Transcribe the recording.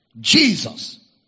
Jesus